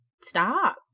stop